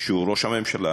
שהוא ראש הממשלה.